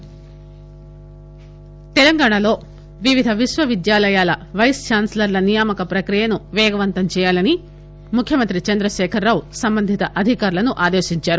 vice chancellors Telangana లో వివిధ విశ్వవిద్యాలయాల పైస్ ఛాస్ప్ లర్ల నియామక ప్రక్రియను పేగవంతం చేయాలని ముఖ్యమంత్రి చంద్రశేఖరరావు సంబంధిత అధికారులను ఆదేశించారు